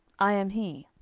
i am he.